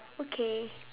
okay